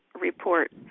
report